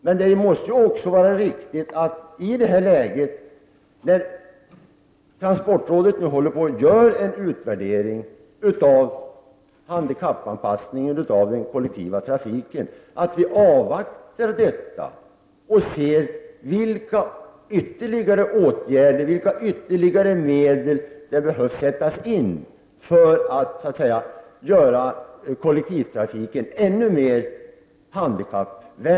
Men det måste också vara riktigt att i detta läge, när transportrådet gör en utvärdering av handikappanpassningen och den kollektiva trafiken, avvakta denna utredning för att se vilka ytterligare åtgärder och medel som behöver sättas in för att göra kollektivtrafiken ännu mer handikappvänlig.